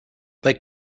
they